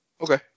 Okay